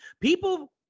People